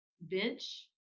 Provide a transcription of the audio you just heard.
bench